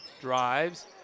drives